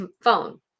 phone